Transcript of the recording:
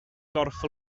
gorff